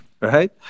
right